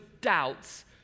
doubts